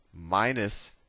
minus